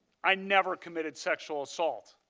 i never committed sexual assault.